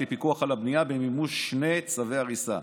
לפיקוח על הבנייה במימוש שני צווי הריסה.